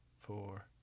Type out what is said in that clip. four